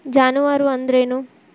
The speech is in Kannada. ಜಾನುವಾರು ಅಂದ್ರೇನು?